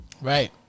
Right